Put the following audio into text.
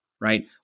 right